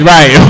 Right